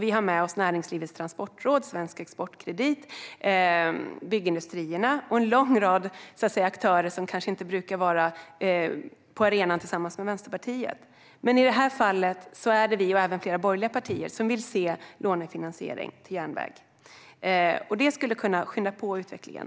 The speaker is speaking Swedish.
Vi har med oss Näringslivets Transportråd, Svensk Exportkredit, Sveriges Byggindustrier och en lång rad aktörer som kanske inte brukar vara på arenan tillsammans med Vänsterpartiet. Men i det här fallet är det vi och även flera borgerliga partier som vill se lånefinansiering till järnväg. Det skulle kunna skynda på utvecklingen.